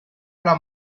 alla